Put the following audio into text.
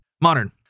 Modern